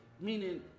meaning